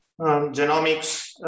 Genomics